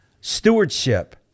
stewardship